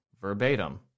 verbatim